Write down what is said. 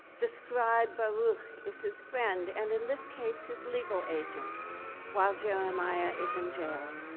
the scribe baruch is his friend and in this case, his legal agent while jeremiah is in jail.